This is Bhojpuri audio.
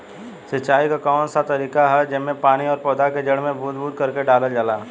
सिंचाई क कउन सा तरीका ह जेम्मे पानी और पौधा क जड़ में बूंद बूंद करके डालल जाला?